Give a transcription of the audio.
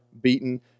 beaten